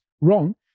wrong